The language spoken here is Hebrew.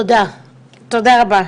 תודה רבה.